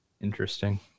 interesting